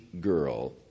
girl